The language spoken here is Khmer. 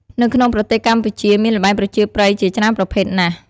នៅក្នុងប្រទេសកម្ពុជា មានល្បែងប្រជាប្រិយជាច្រើនប្រភេទណាស់។